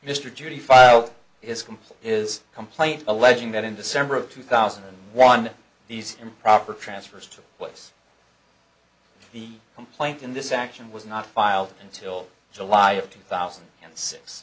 complete is a complaint alleging that in december of two thousand and one these improper transfers took place the complaint in this action was not filed until july of two thousand and six